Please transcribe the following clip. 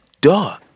duh